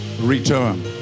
return